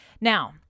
Now